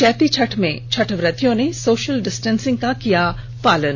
चैती छठ में छठव्रतियों ने सोषल डिस्टेंसिंग का किया पालन